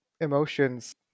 emotions